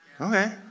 Okay